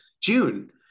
June